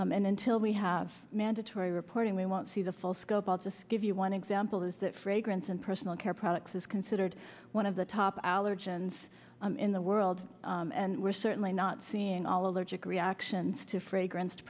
voluntarily and until we have mandatory reporting we won't see the full scope i'll just give you one example is that fragrance and personal care products is considered one of the top allergens in the world and we're certainly not seeing all of their chick reactions to fragrance